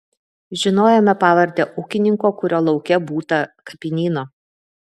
žinojome pavardę ūkininko kurio lauke būta kapinyno